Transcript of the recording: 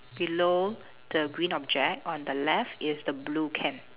below the green object on the left is the blue can